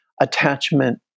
attachment